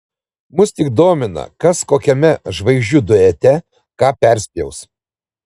mus tik domina kas kokiame žvaigždžių duete ką perspjaus